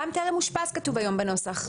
טרם אושפז גם כתוב בנוסח.